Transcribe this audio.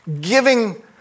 giving